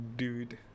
dude